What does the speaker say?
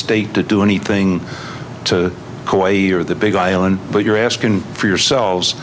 state to do anything to hawaii or the big island but you're asking for yourselves